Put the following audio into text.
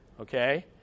Okay